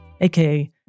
aka